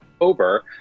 Over